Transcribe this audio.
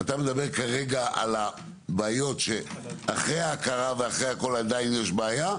אתה מדבר על הבעיות שאחרי ההכרה ואחרי הכול עדיין יש בעיה,